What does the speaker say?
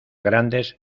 grandes